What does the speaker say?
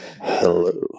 Hello